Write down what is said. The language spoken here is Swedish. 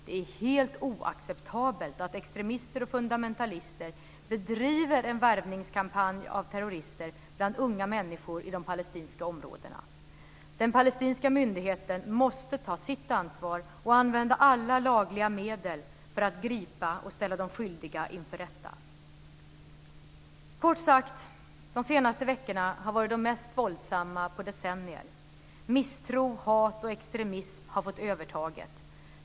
Det är helt oacceptabelt att extremister och fundamentalister bedriver en värvningskampanj av terrorister bland unga människor i de palestinska områdena. Den palestinska myndigheten måste ta sitt ansvar och använda alla lagliga medel för att gripa och ställa de skyldiga inför rätta. De senaste veckorna har kort sagt varit de mest våldsamma på decennier. Misstro, hat och extremism har fått övertaget.